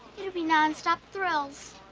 it will be nonstop thrills.